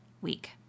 week